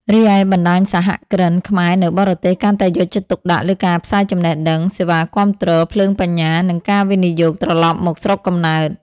រីឯបណ្តាញសហគ្រិនខ្មែរនៅបរទេសកាន់តែយកចិត្តទុកដាក់លើការផ្សាយចំណេះដឹង សេវាគាំទ្រ ភ្លើងបញ្ញានិងការវិនិយោគត្រឡប់មកស្រុកកំណើត។